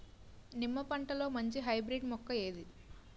నిమ్మ పంటలో మంచి హైబ్రిడ్ మొక్క ఏది?